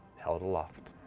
held aloft,